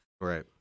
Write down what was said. Right